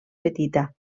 petita